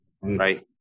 Right